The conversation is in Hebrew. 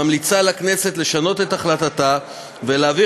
ממליצה לכנסת לשנות את החלטתה ולהעביר